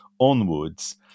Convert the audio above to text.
onwards